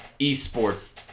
esports